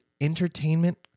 entertainment